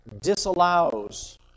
disallows